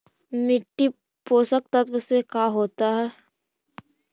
मिट्टी पोषक तत्त्व से का होता है?